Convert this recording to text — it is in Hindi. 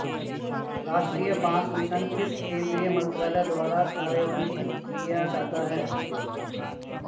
राष्ट्रीय बांस मिशन किस केंद्रीय मंत्रालय द्वारा कार्यान्वित किया जाता है?